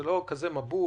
זה לא כזה מבול.